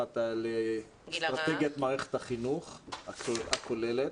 אחת על אסטרטגיית מערכת החינוך הכוללת.